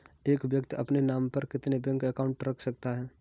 एक व्यक्ति अपने नाम पर कितने बैंक अकाउंट रख सकता है?